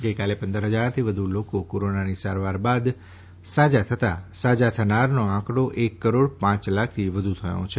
ગઈકાલે પંદર હજારથી વધુ લોકો કોરોનાની સારવાર બાદ સાજા થતા સાજા થનારો આંકડો એક કરોડ પાંચ લાખથી વધુ થયો છે